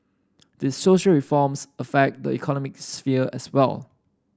these social reforms affect the economy sphere as well